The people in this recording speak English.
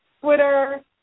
Twitter